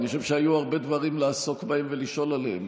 אני חושב שהיו הרבה דברים לעסוק בהם ולשאול עליהם.